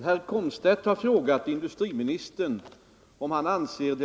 Herr talman!